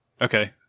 Okay